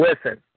Listen